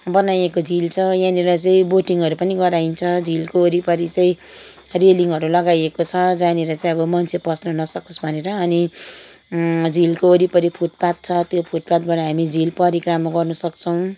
बनाइएको झिल छ यहाँनिर चाहिँ बोटिङहरू पनि गराइन्छ झिलको वरिपरि चाहिँ रेलिङहरू लगाइएको छ जहाँनिर चाहिँ अब मान्छे पस्न नसकोस् भनेर अनि झिलको वरिपरि फुटपाथ छ त्यो फुटपाथबाट झिलको परिक्रमा गर्नसक्छौँ